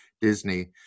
disney